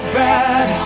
bad